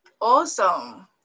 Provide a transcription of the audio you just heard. awesome